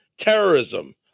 terrorism